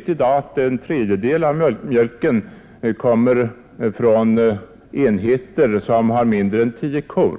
att för närvarande en tredjedel av mjölken i vårt land kommer från jordbruksenheter som har mindre än tio kor.